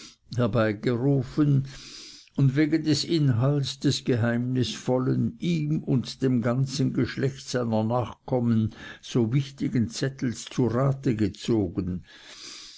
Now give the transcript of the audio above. herbeigerufen und wegen des inhalts des geheimnisvollen ihm und dem ganzen geschlecht seiner nachkommen so wichtigen zettels zu rate gezogen